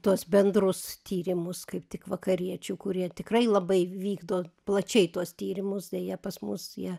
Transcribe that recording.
tuos bendrus tyrimus kaip tik vakariečių kurie tikrai labai vykdo plačiai tuos tyrimus deja pas mus jie